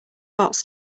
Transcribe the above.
bots